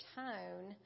tone